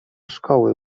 szkoły